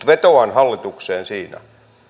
vetoan hallitukseen siinä